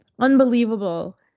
unbelievable